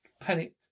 Panic